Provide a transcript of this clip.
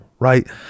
Right